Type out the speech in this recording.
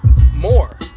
more